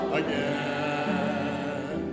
again